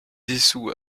dissous